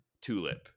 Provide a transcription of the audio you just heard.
Tulip